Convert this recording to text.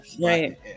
right